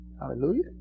Hallelujah